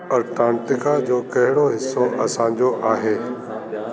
Antarctica जो कहिड़ो हिसो असांजो आहे